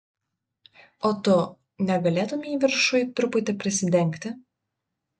o tu negalėtumei viršuj truputį prisidengti